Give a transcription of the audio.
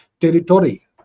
territory